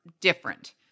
different